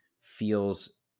feels